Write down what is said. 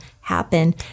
happen